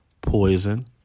poison